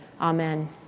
Amen